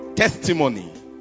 testimony